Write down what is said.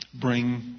bring